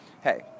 Hey